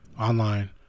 online